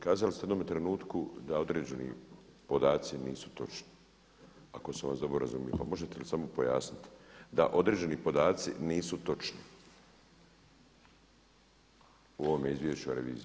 Kazali ste u jednome trenutku da određeni podaci nisu točni, ako sam vas dobro razumio, pa možete li samo pojasniti da određeni podaci nisu točni u ovome izvješću o reviziji.